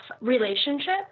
relationship